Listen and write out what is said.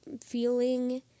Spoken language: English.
feeling